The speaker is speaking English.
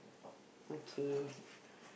okay